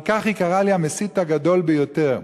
על כך היא קראה לי: המסית הגדול ביותר.